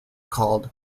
called